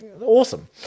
awesome